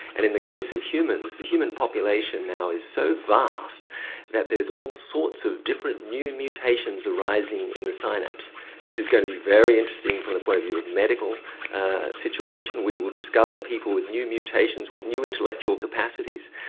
and in the case of humans, the human population now is so vast that there's all sorts of different new mutations arising in the synapse. this is going to be very interesting from the point of view of a medical situation, we will discover people with new mutations, with new intellectual capacities.